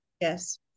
Yes